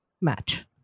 match